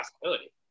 possibility